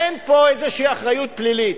אין פה איזו אחריות פלילית.